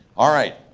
all right,